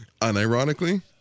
Unironically